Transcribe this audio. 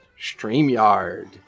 Streamyard